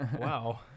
wow